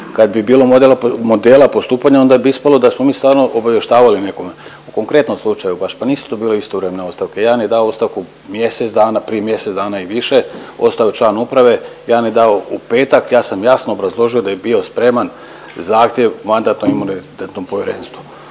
Kad bi bilo modela postupanja, onda bi ispalo da smo mi stvarno obavještavali o nekome. U konkretnom slučaju baš. Pa nisu to bile istovremeno ostavke. Jedan je dao ostavku mjesec dana, prije mjesec dana i više, ostao je član uprave. Jedan je dao u petak. Ja sam jasno obrazložio da je bio spreman zahtjev Mandatno-imunitetnom povjerenstvu.